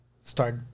start